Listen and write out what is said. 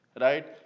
Right